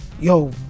Yo